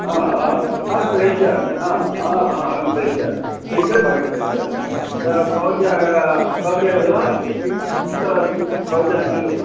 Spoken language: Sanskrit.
अहं प्रेषयामि अहं प्रेषयामि शीघ्रं प्रेषयामि भवत्याः भवत्याः विलासं किं कुत्र अस्ति भवत्याः गृहं